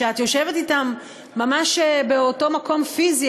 שאת יושבת אתם ממש באותו מקום פיזי,